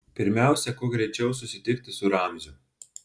pirmiausia kuo greičiau susitikti su ramziu